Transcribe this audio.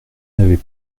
n’avait